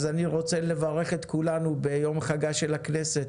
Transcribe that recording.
אז אני רוצה לברך את כולנו ביום חגה של הכנסת